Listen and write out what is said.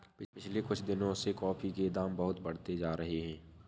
पिछले कुछ दिनों से कॉफी के दाम बहुत बढ़ते जा रहे है